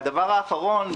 הדבר האחרון,